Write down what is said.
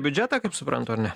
biudžetą kaip suprantu ane